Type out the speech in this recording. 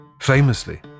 Famously